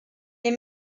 les